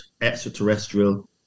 extraterrestrial